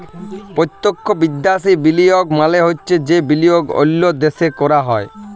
পত্যক্ষ বিদ্যাশি বিলিয়গ মালে হছে যে বিলিয়গ অল্য দ্যাশে ক্যরা হ্যয়